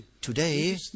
today